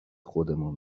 خودمون